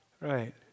right